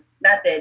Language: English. method